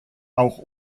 auch